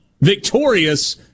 victorious